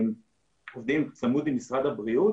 עובדים צמוד עם משרד הבריאות